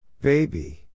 Baby